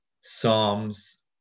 Psalms